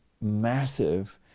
massive